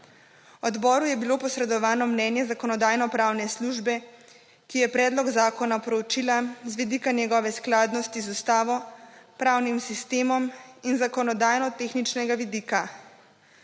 Odboru je bilo posredovano mnenje Zakonodajno-pravne službe, ki je predlog zakona proučila z vidika njegove skladnosti z Ustavo, pravnim sistemom iz zakonodajno tehničnega vidika.